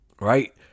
right